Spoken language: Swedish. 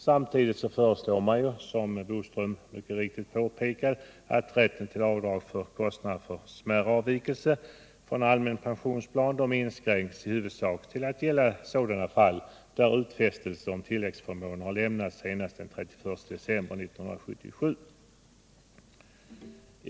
Samtidigt föreslås, som Curt Boström mycket riktigt påpekar, att rätten till avdrag för kostnader för s.k. smärre avvikelser från allmän pensionsplan inskränks till att i huvudsak gälla sådana fall där utfästelse om tilläggsförmåner lämnats senast den 31 december 1977.